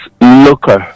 local